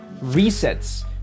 resets